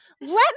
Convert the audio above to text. Let